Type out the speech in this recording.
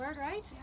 right